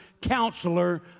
counselor